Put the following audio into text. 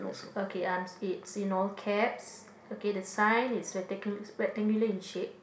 okay I am in all caps okay the sign is rec~ rectangular in shape